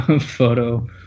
photo